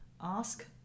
ask